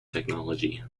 technology